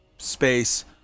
space